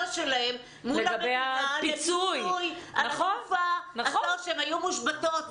שלהם בעניין הפיצוי על התקופה שבה הן היו מושבתות.